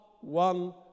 one